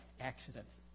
accidents